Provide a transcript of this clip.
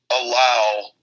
allow